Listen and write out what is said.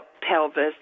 pelvis